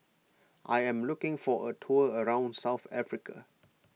I am looking for a tour around South Africa